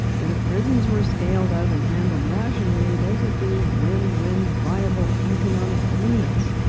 that if prisons were scaled out and handled rationally, they could be win-win, viable economic units.